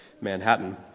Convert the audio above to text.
Manhattan